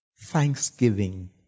thanksgiving